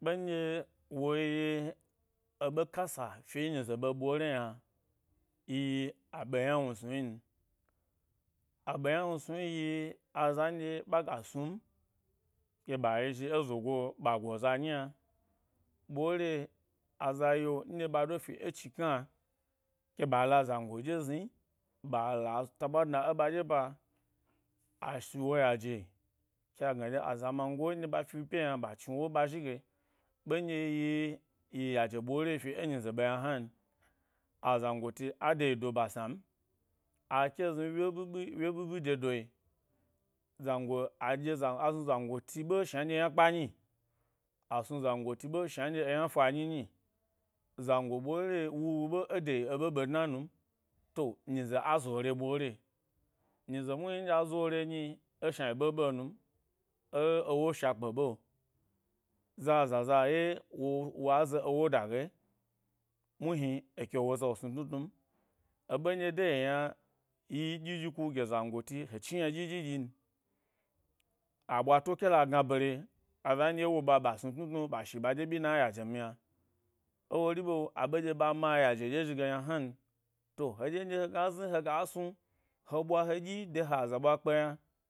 Ɓen dye yi eba kasa fi ẻ nyiza be, ɓole yna, yi-yi aɓe ynawnu snu n, aɓe ynawnsnu yi, azanɗye-ɓaga snum, ke ɓa yezhi ezogo-ɓa go za nyi yna-ɓore, aza ye nɗye ɓa do fi e chikna ke ɓa la zango ɗye zni-ɓala-ta’ ɓwa ɗna ẻ ɓaɗye ba, a shi wo yaje, ke a gna azamango nɗye ɓa fi ẻ pyi yna ɓa chni ewo ɓa zhige ɓe nɗye yi-yi yaje ɓore fi enyi ze ɓ yna hnan. Azangoti a deyi do ba snam, a ke zni wye ɓiɓi wye, ɓiɓi dedo zango a ɗye zan, aɗye zangot ɓe shna hɗye yna kpa nyi, asnu zangotu shna nɗye eyna fa nyi, nyi zano ɓore, wuwu ɓe ede yi eɓe ɓe dna nu m, tu, nyizo a zo, re, ɓore. Nyize muhni nɗye a zore nyi-e shna yi ɓeɓe num, e ewo shakpe. ɓe zazaye wo-wa ze ewo dage muhni eke wo eza wo snu tnu tnu m. Eɓe nɗye de ye yna yi ɗyi ɗyi ku gye zangote he chni ynaɗyi ɗyi ɗyin, a ɓwato kela gna bare, aza nɗye, e wo ɓa snutnu tnu ɓa shiɓa ɗye ɓbyina yajem yna. Ewori ɓe-aɓe nɗye ma yaje ɗye zhi ge yna hna n, to, heɗye nɗye hegna hega snu ɓwa he ɗyi de ha aza ɓwa kpe yna.